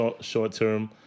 short-term